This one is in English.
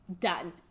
done